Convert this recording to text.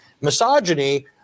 misogyny